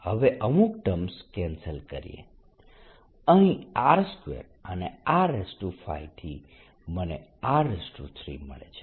હવે અમુક ટર્મ્સને કેન્સલ કરીએ અહીં R2 અને R5 થી મને R3 મળે છે